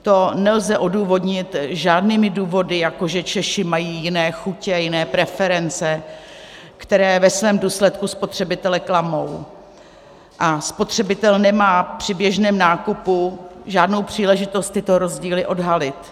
To nelze odůvodnit žádnými důvody, jako že Češi mají jiné chutě, jiné preference, které ve svém důsledku spotřebitele klamou, a spotřebitel nemá při běžném nákupu žádnou příležitost tyto rozdíly odhalit.